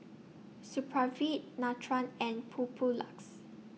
Supravit Nutren and Papulex